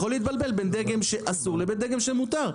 יכול להתבלבל בין דגם שאסור לבין דגם שמותר,